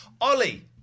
Ollie